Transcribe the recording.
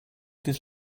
this